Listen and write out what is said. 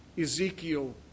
Ezekiel